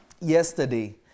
yesterday